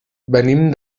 venim